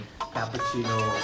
cappuccino